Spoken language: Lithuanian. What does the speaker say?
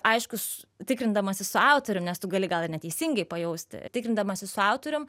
aišku su tikrindamasis su autorium nes tu gali gal ir neteisingai pajausti trindamasis su autorium